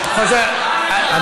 טיבי, היושב-ראש, הוא ענה לך תשובה.